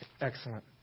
Excellent